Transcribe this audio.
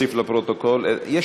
אנחנו